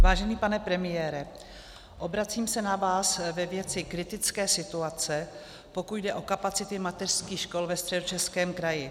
Vážený pane premiére, obracím se na vás ve věci kritické situace, pokud jde o kapacity mateřských škol ve Středočeském kraji.